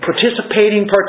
Participating